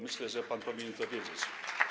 Myślę, że pan powinien to wiedzieć.